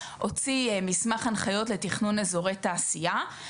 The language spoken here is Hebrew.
הוציא מסמך הנחיות לתכנון אזורי תעשייה.